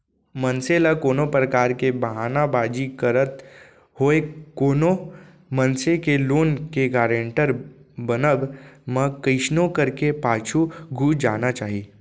मनसे ल कोनो परकार के बहाना बाजी करत होय कोनो मनसे के लोन के गारेंटर बनब म कइसनो करके पाछू घुंच जाना चाही